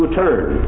turn